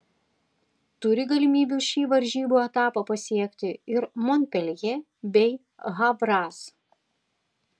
turi galimybių šį varžybų etapą pasiekti ir monpeljė bei havras